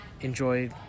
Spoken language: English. enjoy